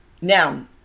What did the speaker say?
now